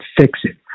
fix-it